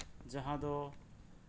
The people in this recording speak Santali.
ᱡᱟᱦᱟᱸ ᱫᱚ